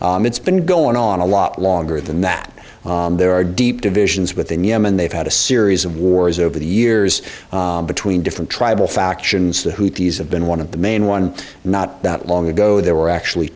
fifteen it's been going on a lot longer than that there are deep divisions within yemen they've had a series of wars over the years between different tribal factions to who have been one of the main one not that long ago there were actually